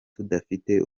tudafite